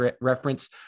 reference